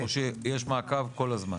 או שיש מעקב כל הזמן?